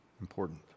Important